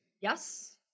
Yes